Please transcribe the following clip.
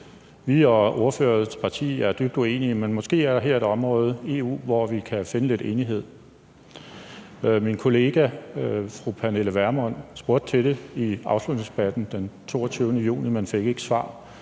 Vi og ordførerens parti er dybt uenige, men måske er her et område, EU, hvor vi kan finde lidt enighed. Min kollega fru Pernille Vermund spurgte til det i afslutningsdebatten den 22. juni, men fik ikke svar,